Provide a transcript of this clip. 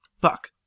fuck